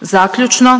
Zaključno.